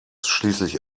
schließlich